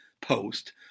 Post